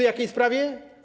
W jakiej sprawie?